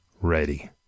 ready